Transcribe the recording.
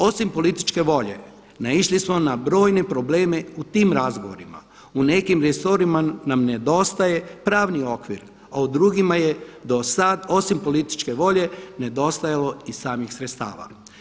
Osim političke volje, naišli smo na brojne probleme u tim razgovorima, u nekim resorima nam nedostaje pravni okvir a u drugim je do sada osim političke volje nedostajalo i samih sredstava.